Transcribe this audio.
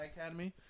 Academy